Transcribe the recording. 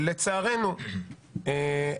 בוועדות אחרות זה לא קורה.